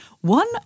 one